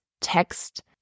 text